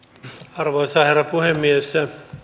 arvoisa herra puhemies